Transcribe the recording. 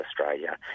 Australia